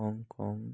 Hong Kong